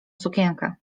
sukienkę